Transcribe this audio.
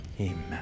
Amen